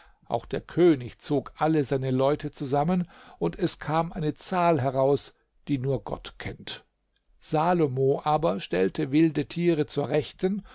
auch der könig zog alle seine leute zusammen und es kam eine zahl heraus die nur gott kennt salomo aber stellte wilde tiere zur rechten